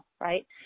Right